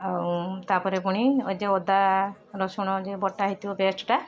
ଆଉ ତାପରେ ଫୁଣି ଯେଉଁ ଅଦା ରସୁଣ ଯେଉଁ ବଟା ହେଇଥିବ ପେଷ୍ଟ ଟା